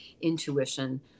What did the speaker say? intuition